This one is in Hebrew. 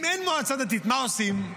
אם אין מועצה דתית, מה עושים?